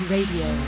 Radio